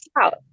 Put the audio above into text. out